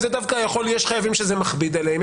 יש חייבים שזה מכביד עליהם.